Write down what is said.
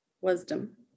wisdom